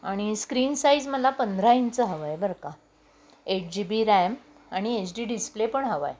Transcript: अणि screen size मला पंधरा इंच हवं आहे बरं का एट जी बी रॅम आणि एच डी डिस्प्ले पण हवा आहे